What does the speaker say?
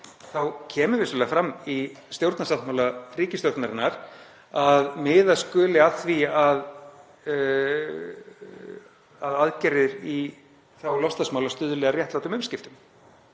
þá kemur vissulega fram í stjórnarsáttmála ríkisstjórnarinnar að miða skuli að því að aðgerðir í þágu loftslagsmála stuðli að réttlátum umskiptum.